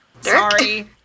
Sorry